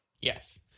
Yes